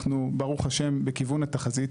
אנחנו, ברוך השם, בכיוון התחזית